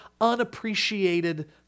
unappreciated